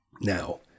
Now